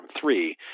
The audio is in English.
three